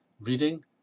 reading